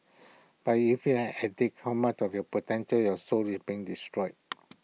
but if you're an addict how much of your potential your soul is being destroyed